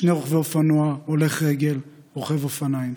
שני רוכבי אופנוע, הולך רגל, רוכב אופניים.